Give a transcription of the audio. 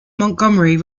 montgomery